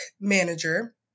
manager